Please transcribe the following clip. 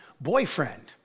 boyfriend